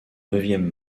neuvième